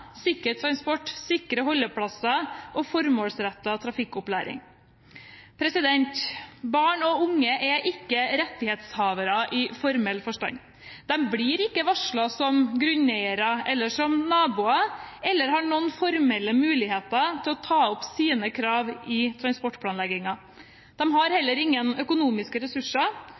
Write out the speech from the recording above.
transport, sikre holdeplasser eller formålsrettet trafikkopplæring. Barn og unge er ikke rettighetshavere i formell forstand. De blir ikke varslet som grunneiere eller naboer, og de har ikke formelle muligheter til å ta opp sine krav i transportplanleggingen. De har heller ingen økonomiske ressurser,